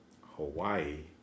Hawaii